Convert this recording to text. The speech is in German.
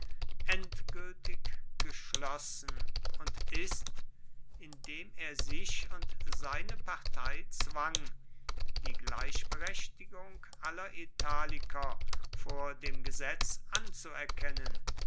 endgültig geschlossen und ist indem er sich und seine partei zwang die gleichberechtigung aller italiker vor dem gesetz anzuerkennen